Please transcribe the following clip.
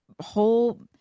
whole